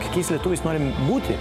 kokiais lietuviais norim būti